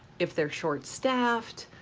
if they're short staffed,